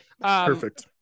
Perfect